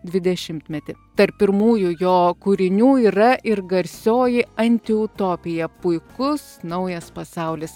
dvidešimtmetį tarp pirmųjų jo kūrinių yra ir garsioji antiutopija puikus naujas pasaulis